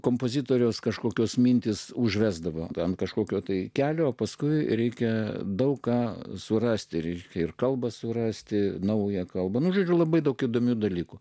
kompozitoriaus kažkokios mintys užvesdavo ant kažkokio tai kelio paskui reikia daug ką surasti reikia ir kalba surasti naują kalbą nuteikė labai daug įdomių dalykų